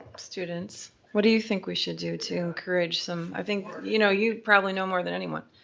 students, what do you think we should do to encourage them? i think, you know, you probably know more than anyone.